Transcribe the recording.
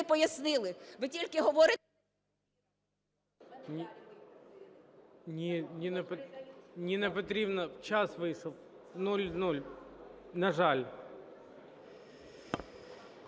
Ні, Ніна Петрівна, час вийшов. Нуль. На жаль.